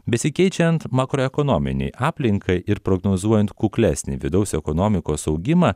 besikeičiant makroekonominei aplinkai ir prognozuojant kuklesnį vidaus ekonomikos augimą